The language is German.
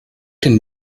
denn